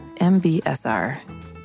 MBSR